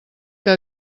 que